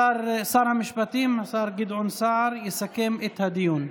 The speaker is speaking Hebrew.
שר המשפטים, השר גדעון סער, יסכם את הדיון.